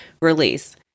Release